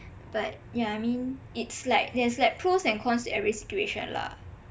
but yah I mean it's like there's like pros and cons to every situation lah